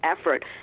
effort